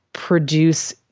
produce